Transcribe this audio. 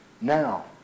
now